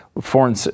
foreign